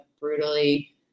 brutally